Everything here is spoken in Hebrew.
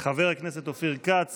חבר הכנסת אופיר כץ